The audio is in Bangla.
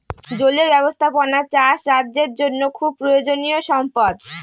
জলীয় ব্যাবস্থাপনা চাষ রাজ্যের জন্য খুব প্রয়োজনীয়ো সম্পদ